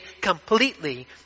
completely